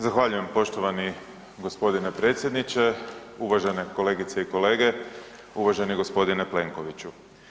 Zahvaljujem poštovani gospodine predsjedniče, uvažene kolegice i kolege, uvaženi gospodine Plenkoviću.